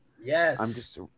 Yes